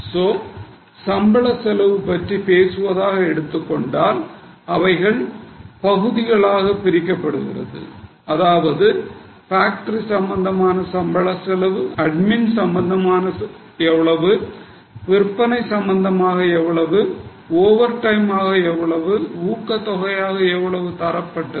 so சம்பள செலவு பற்றி பேசுவதாக எடுத்துக்கொண்டால் அவைகள் பகுதிகளாக பிரிக்கப்படுகிறது அதாவது ஃபேக்டரி சம்பந்தமான சம்பள செலவு அட்மின் சம்பந்தமாக எவ்வளவு விற்பனை சம்பந்தமாக எவ்வளவு ஓவர் டைம் ஆக எவ்வளவு ஊக்கத்தொகையாக எவ்வளவு கொடுக்கப்பட்டது